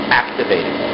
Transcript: activated